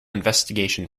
investigation